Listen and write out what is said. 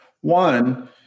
One